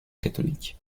catholique